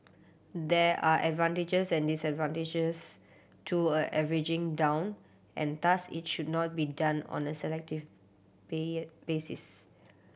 there are advantages and disadvantages to averaging down and thus it should not be done on a selective basis